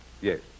Yes